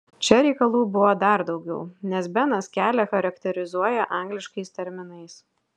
čia reikalų buvo dar daugiau nes benas kelią charakterizuoja angliškais terminais